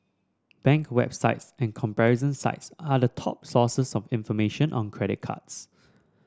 bank websites and comparison sites are the top sources of information on credit cards